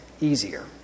easier